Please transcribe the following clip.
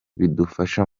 bidufasha